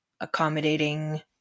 accommodating